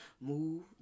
move